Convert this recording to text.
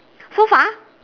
so far